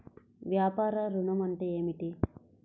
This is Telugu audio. వ్యాపార ఋణం అంటే ఏమిటి?